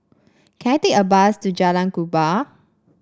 can I take a bus to Jalan Kupang